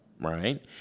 right